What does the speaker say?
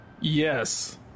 Yes